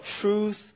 truth